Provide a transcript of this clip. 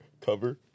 cover